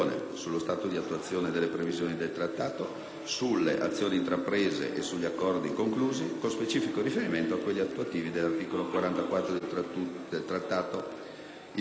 sulle azioni intraprese e sugli accordi conclusi, con specifico riferimento a quelli attuativi di cui all'articolo 44 del Trattato. Infine si prevede che l'attuazione delle norme di cui al disegno